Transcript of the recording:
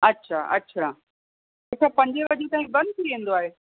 अच्छा अच्छा अच्छा पंजे वॼे ताईं बंदि थी वेंदो आहे